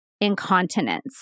incontinence